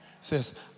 Says